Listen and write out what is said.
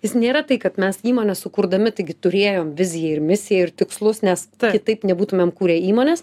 jis nėra tai kad mes įmonę sukurdami taigi turėjom viziją ir misiją ir tikslus nes kitaip nebūtumėm kūrę įmonės